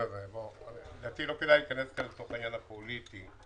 כדאי להיכנס כאן לעניין הפוליטי.